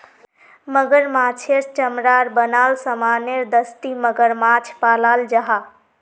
मगरमाछेर चमरार बनाल सामानेर दस्ती मगरमाछ पालाल जाहा